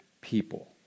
people